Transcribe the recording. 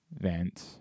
Vent